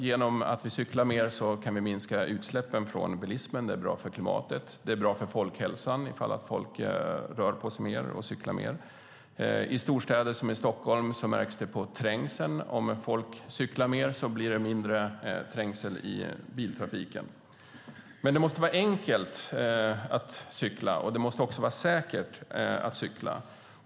Genom att vi cyklar mer kan vi minska utsläppen från bilismen. Det är bra för klimatet. Det är bra för folkhälsan om folk rör på sig mer och cyklar mer. I storstäder, som Stockholm, märks det på trängseln. Om folk cyklar mer blir det mindre trängsel i biltrafiken. Men det måste vara enkelt att cykla, och det måste också vara säkert att cykla.